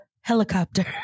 helicopter